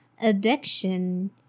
addiction